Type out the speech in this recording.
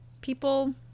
people